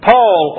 Paul